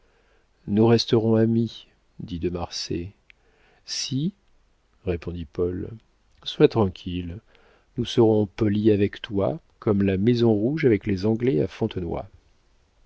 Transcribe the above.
nous resterons amis dit de marsay si répondit paul sois tranquille nous serons polis avec toi comme la maison rouge avec les anglais à fontenoy